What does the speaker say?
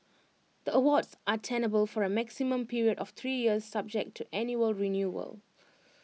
the awards are tenable for A maximum period of three years subject to annual renewal